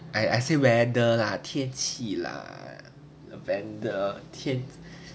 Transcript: I I say whether lah 天气 lah lavender 天